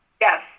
Yes